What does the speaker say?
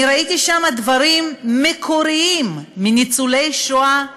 אני ראיתי שם דברים מקוריים של ניצולי שואה,